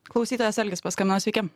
klausytojas algis paskambino sveiki